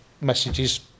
messages